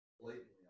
Blatantly